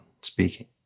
speaking